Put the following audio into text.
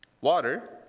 water